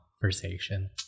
conversation